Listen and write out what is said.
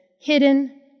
hidden